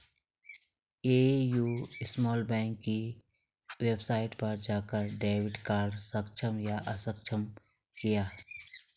AU small bank की website पर जाकर डेबिट कार्ड सक्षम या अक्षम किया